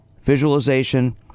visualization